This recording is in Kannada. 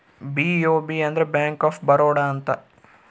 ಬಿ.ಒ.ಬಿ ಅಂದ್ರ ಬ್ಯಾಂಕ್ ಆಫ್ ಬರೋಡ ಅಂತ